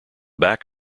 back